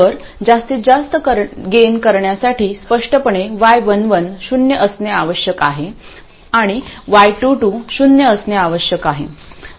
तर जास्तीत जास्त गेन करण्यासाठी स्पष्टपणे y11 शून्य असणे आवश्यक आहे आणि y22 शून्य असणे आवश्यक आहे